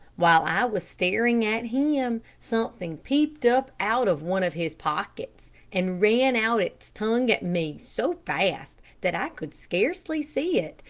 while i was staring at him, something peeped up out of one of his pockets and ran out its tongue at me so fast that i could scarcely see it,